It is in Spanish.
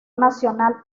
nacional